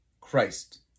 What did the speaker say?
Christ